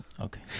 Okay